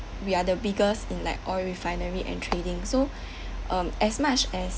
we are the biggest in like oil refinery and trading so um as much as